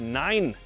nine